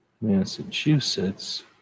Massachusetts